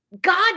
God